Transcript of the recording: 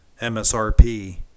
MSRP